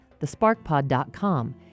thesparkpod.com